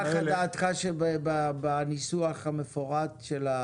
נחה דעתך שבניסוח המפורט של,